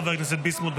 חבר הכנסת ביסמוט,